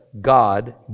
God